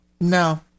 no